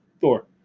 Thor